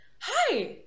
hi